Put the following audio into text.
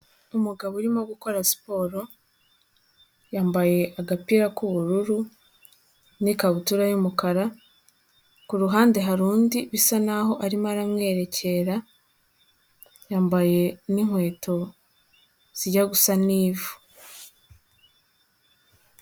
Umugabo urimo gukora siporo yambaye agapira k'ubururu n'ikabutura y'umukara , ku ruhande hari undi bisa n'aho arimo aramwerekera yambaye n'inkweto zijya gusa ni'ivu.